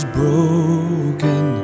broken